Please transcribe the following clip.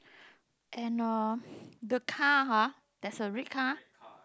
and uh the car ah there's a red car